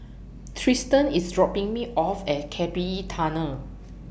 Tristen IS dropping Me off At K P E Tunnel